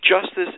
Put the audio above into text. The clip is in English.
justice